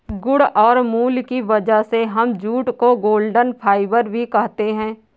गुण और मूल्य की वजह से हम जूट को गोल्डन फाइबर भी कहते है